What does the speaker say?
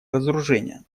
разоружение